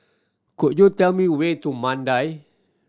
could you tell me way to Mandai